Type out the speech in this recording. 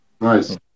Nice